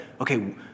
okay